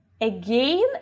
again